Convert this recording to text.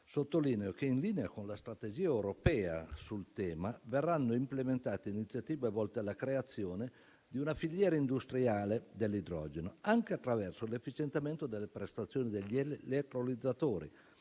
sottolineo che, in linea con la strategia europea sul tema, verranno implementate iniziative volte alla creazione di una filiera industriale dell'idrogeno, anche attraverso l'efficientamento delle prestazioni degli elettrolizzatori,